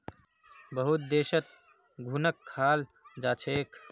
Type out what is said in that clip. बहुत देशत घुनक खाल जा छेक